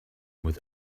with